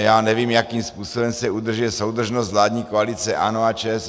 Já nevím, jakým způsobem se udržuje soudržnost vládní koalice ANO a ČSSD.